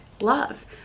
love